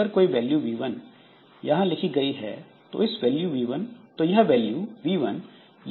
अगर कोई value v1 यहां लिखी गई है तो यह वैल्यू v1 यहां पर उपलब्ध रहेगी